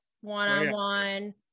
one-on-one